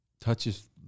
touches